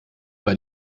bei